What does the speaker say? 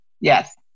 Yes